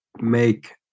Make